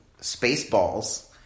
Spaceballs